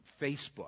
Facebook